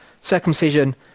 Circumcision